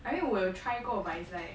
I mean 我有 try 过 but it's like